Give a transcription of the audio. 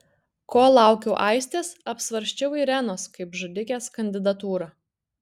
kol laukiau aistės apsvarsčiau irenos kaip žudikės kandidatūrą